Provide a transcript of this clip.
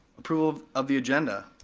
approval of of the agenda.